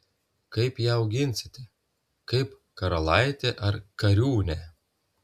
kaip ją auginsite kaip karalaitę ar kariūnę